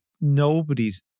nobody's